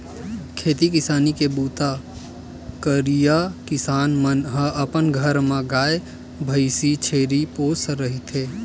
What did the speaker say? खेती किसानी के बूता करइया किसान मन ह अपन घर म गाय, भइसी, छेरी पोसे रहिथे